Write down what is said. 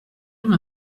même